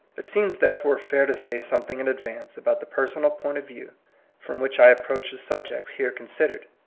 it seems therefore fair to say something in advance about the personal point of view from which i approach the subjects here considered.